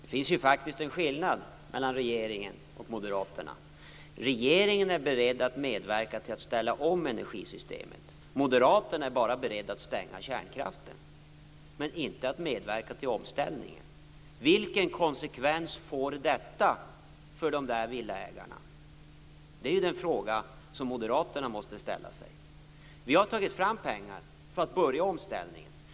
Det finns faktiskt en skillnad mellan regeringen och Moderaterna. Regeringen är beredd att medverka till att ställa om energisystemet. Moderaterna är beredda att stänga kärnkraften, men inte att medverka till omställningen. Vilken konsekvens får detta för villaägarna? Det är den fråga som Moderaterna måste ställa sig. Vi har tagit fram pengar för att börja omställningen.